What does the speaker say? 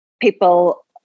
people